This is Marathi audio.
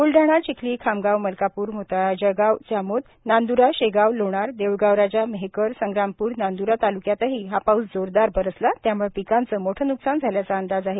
ब्लडाणा चिखली खामगाव मलकाप्र मोताळा जळगाव जामोद नांद्रा शेगाव लोणार देऊळगाव राजा मेहकर संग्रामपूर नांद्रा तालूक्यातही हा पाऊस जोरदार बरसला त्यामूळे पिकांचे मोठे न्कसान झाल्याचा अंदाज आहे